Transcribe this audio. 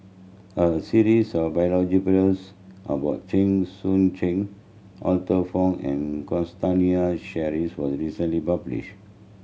a series of about Chen Sucheng Arthur Fong and Sheares was recently published